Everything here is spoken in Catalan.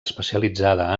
especialitzada